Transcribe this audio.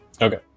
Okay